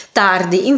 tardi